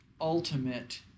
ultimate